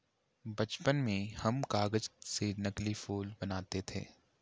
बचपन में हम कागज से नकली फूल बनाते थे